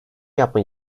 yapma